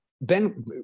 ben